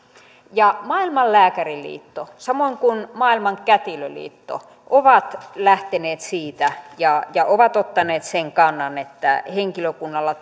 maailman lääkäriliitto samoin kuin maailman kätilöliitto ovat lähteneet siitä ja ja ovat ottaneet sen kannan että henkilökunnalla